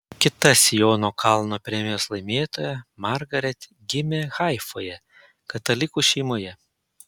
kita siono kalno premijos laimėtoja margaret gimė haifoje katalikų šeimoje